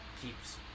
keeps